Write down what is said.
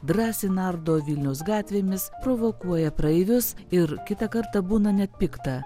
drąsiai nardo vilniaus gatvėmis provokuoja praeivius ir kitą kartą būna net pikta